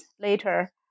later